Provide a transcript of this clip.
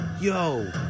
yo